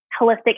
holistic